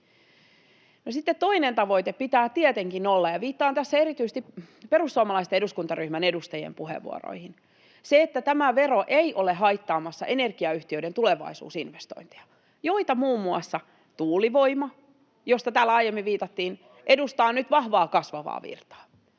sitten toisen tavoitteen pitää tietenkin olla — ja viittaan tässä erityisesti perussuomalaisten eduskuntaryhmän edustajien puheenvuoroihin — se, että tämä vero ei ole haittaamassa energiayhtiöiden tulevaisuusinvestointeja, [Sinuhe Wallinheimo: On!] joista muun muassa tuulivoima, johon täällä aiemmin viitattiin, [Petri Hurun välihuuto] edustaa nyt vahvaa, kasvavaa virtaa,